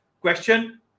question